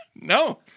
No